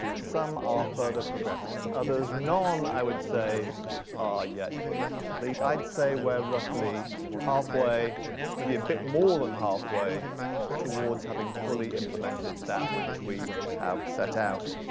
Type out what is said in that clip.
some are further progressed than others. none i would say are yet fully complete. i'd say we're roughly halfway maybe a bit more than halfway towards having fully implemented that which we have set out.